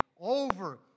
over